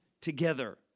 together